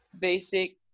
basic